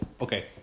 okay